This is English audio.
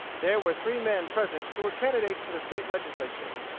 there were three men present who were candidates for the state legislature.